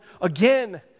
again